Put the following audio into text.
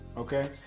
okay?